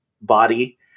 body